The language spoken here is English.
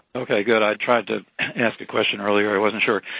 okay good, i tried to ask a question earlier and wasn't sure.